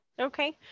Okay